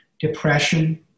depression